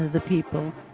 the people.